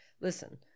Listen